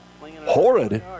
horrid